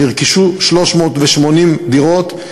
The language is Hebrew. נרכשו 380 דירות.